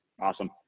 Awesome